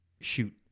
shoot